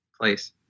place